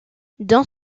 dans